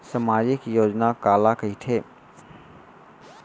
सामाजिक योजना काला कहिथे?